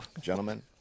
Gentlemen